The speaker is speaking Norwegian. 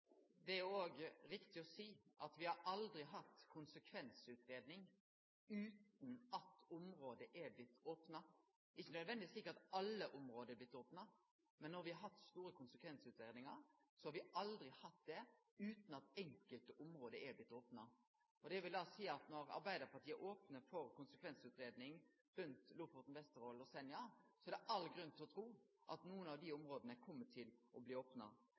det. Det er òg riktig å seie at me har aldri hatt ei konsekvensutgreiing utan at området er blitt opna. Det er ikkje nødvendigvis slik at alle områda er blitt opna, men når me har hatt store konsekvensutgreiingar, har me aldri hatt det utan at enkelte område er blitt opna. Det vil seie at når Arbeidarpartiet opnar for konsekvensutgreiing rundt Lofoten, Vesterålen og Senja, er det all grunn til å tru at nokre av dei områda kjem til å bli opna.